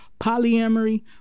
polyamory